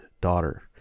Daughter